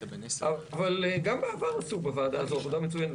אבל גם בעבר עשו בוועדה הזו עבודה מצוינת.